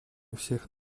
всех